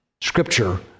scripture